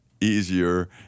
easier